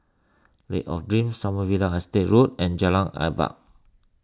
Lake of Dreams Sommerville Estate Road and Jalan Adat